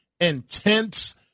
intense